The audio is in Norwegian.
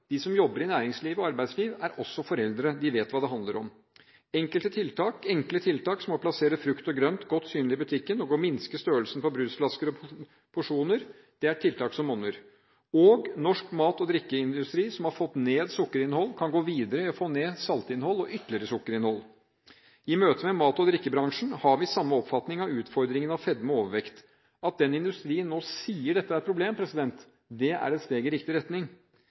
De som jobber i næringsliv og arbeidsliv, er også foreldre, og de vet hva det handler om. Enkle tiltak som å plassere frukt og grønt godt synlig i butikken, og å minske størrelsen på brusflasker og porsjoner, er tiltak som monner. Og norsk mat- og drikkeindustri, som har fått ned sukkerinnhold, kan gå videre og få ned saltinnhold og ytterligere sukkerinnhold. I møtet med mat- og drikkevarebransjen har vi samme oppfatning av utfordringene med fedme og overvekt, og det at den industrien nå sier at dette er et problem, er et steg i riktig retning.